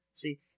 See